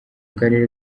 karere